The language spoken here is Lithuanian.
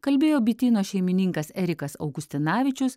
kalbėjo bityno šeimininkas erikas augustinavičius